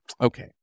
okay